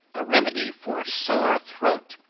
a remedy for sore throat.